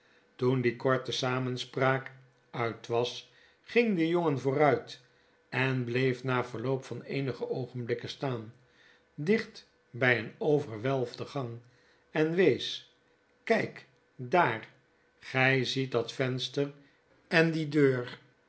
toen die korte samenspraak uit was ging de jongen vooruit en bleef na verloop van eenige oogenblikken staan dicht by een overwelfden gang en wees kyk dar gy ziet dat venster en die deur